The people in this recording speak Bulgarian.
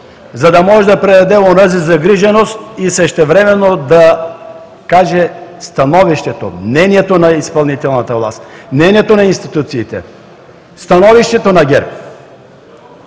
за да може да предаде загриженост и същевременно да каже становището, мнението на изпълнителната власт, мнението на институциите, становището на ГЕРБ.